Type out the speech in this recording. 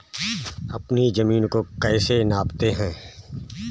अपनी जमीन को कैसे नापते हैं?